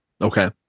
Okay